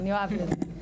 כן, יואב יודע.